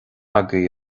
agaibh